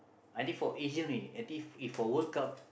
I think for Asia only I think for World Cup